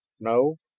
no,